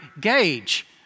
gauge